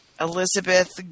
Elizabeth